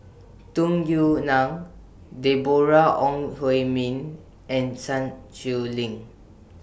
Tung Yue Nang Deborah Ong Hui Min and Sun Xueling